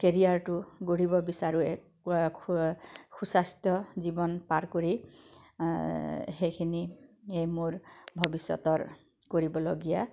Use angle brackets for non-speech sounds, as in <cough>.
কেৰিয়াৰটো গঢ়িব বিচাৰোঁ <unintelligible> সু স্বাস্থ্য জীৱন পাৰ কৰি সেইখিনিয়ে মোৰ ভৱিষ্যতৰ কৰিবলগীয়া